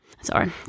Sorry